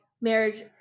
marriage